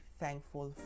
thankful